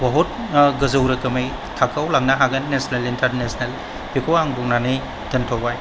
बहुद गोजौ रोखोमै थाखोआव लांनो हागोन नेसनेल इन्टारनेसनेल बेखौ आं बुंनानै दोनथ'बाय